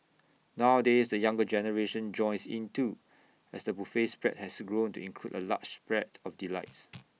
nowadays the younger generation joins in too as the buffet spread has grown to include A large spread of delights